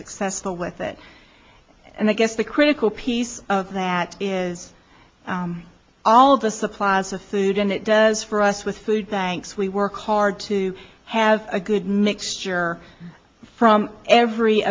successful with it and i guess the critical piece of that is all of the supplies of food and it does for us with food banks we work hard to have a good mixture from every